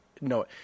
No